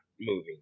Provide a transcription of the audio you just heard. moving